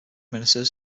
ministers